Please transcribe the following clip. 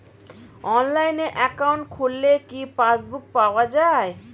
অনলাইনে একাউন্ট খুললে কি পাসবুক পাওয়া যায়?